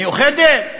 מאוחדת?